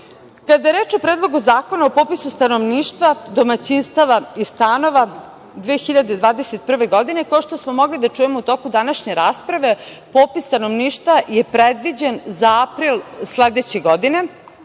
je reč o Predlogu zakona o popisu stanovništva, domaćinstava i stanova 2021. godine, kao što smo mogli da čujemo u toku današnje rasprave, popis stanovništva je predviđen za april sledeće godine.